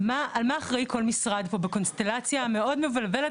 על מה אחראי כל משרד פה בקונסטלציה המאוד מבלבלת